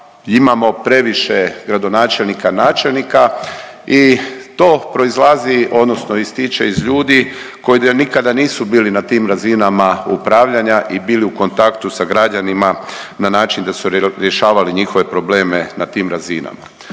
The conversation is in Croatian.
imamo previše gradonačelnika i načelnika i to proizlazi odnosno ističe iz ljudi koji nikada nisu bili na tim razinama upravljanja i bili u kontaktu sa građanima na način da su rješavali njihove probleme na tim razinama.